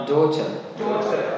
Daughter